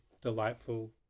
delightful